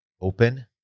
open